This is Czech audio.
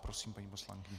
Prosím, paní poslankyně.